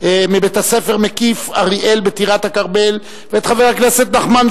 מבית-הספר "מקיף אריאל" בטירת-כרמל,